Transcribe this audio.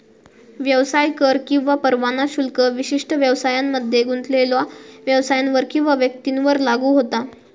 व्यवसाय कर किंवा परवाना शुल्क विशिष्ट व्यवसायांमध्ये गुंतलेल्यो व्यवसायांवर किंवा व्यक्तींवर लागू होता